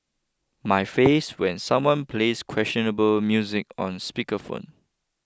my face when someone plays questionable music on speaker phone